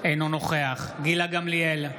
אינו נוכח גילה גמליאל,